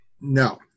No